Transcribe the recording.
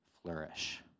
flourish